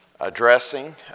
addressing